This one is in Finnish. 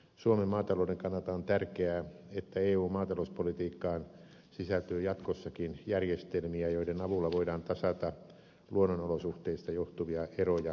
suomen maatalouden kannalta on tärkeää että eun maatalouspolitiikkaan sisältyy jatkossakin järjestelmiä joiden avulla voidaan tasata luonnonolosuhteista johtuvia eroja eun sisällä